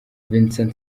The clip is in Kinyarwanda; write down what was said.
vincent